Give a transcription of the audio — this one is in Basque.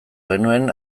genuen